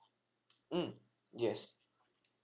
mm yes